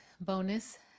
bonus